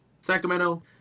Sacramento